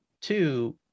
two